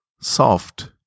Soft